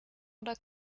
oder